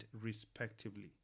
respectively